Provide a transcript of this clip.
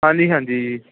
ਹਾਂਜੀ ਹਾਂਜੀ ਜੀ